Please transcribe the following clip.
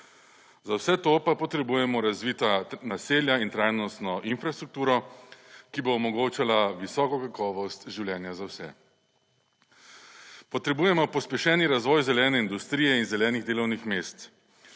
Za vse to pa potrebujemo razvita naselja in trajnostno infrastrukturo, ki bo omogočala visoko kakovost življenja za vse. Potrebujemo pospešen razvoj zelene industrije in zelenih delovnih mest.